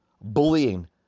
bullying